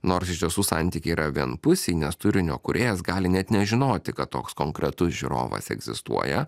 nors iš tiesų santykiai yra vienpusiai nes turinio kūrėjas gali net nežinoti kad toks konkretus žiūrovas egzistuoja